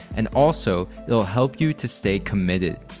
and also, it'll help you to stay committed.